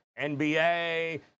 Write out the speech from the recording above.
NBA